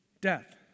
death